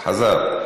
חזר.